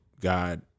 God